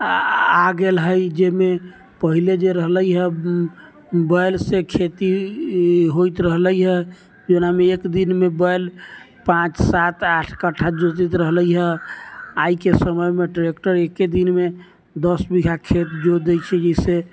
आ गेल हइ जाहिमे पहिले जे रहलै हँ बैलसँ खेती होइत रहलै हँ जौनामे एक दिनमे बैल पाँच सात आठ कट्ठा जोतैत रहलै हँ आइके समयमे ट्रैक्टर एके दिनमे दस बीघा खेत जोति दै छै जाहिसँ